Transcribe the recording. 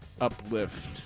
Uplift